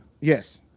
Yes